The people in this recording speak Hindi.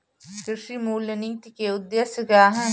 कृषि मूल्य नीति के उद्देश्य क्या है?